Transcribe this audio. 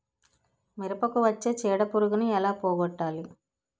మిరపకు వచ్చే చిడపురుగును ఏల పోగొట్టాలి?